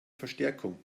verstärkung